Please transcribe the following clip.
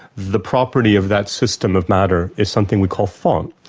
the property of that system of matter is something we call thought.